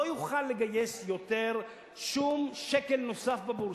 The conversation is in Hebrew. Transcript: לא יוכל לגייס יותר שום שקל נוסף בבורסה,